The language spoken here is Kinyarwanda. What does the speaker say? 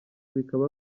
bikaba